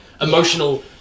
emotional